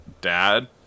dad